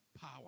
power